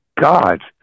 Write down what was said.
God